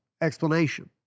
explanation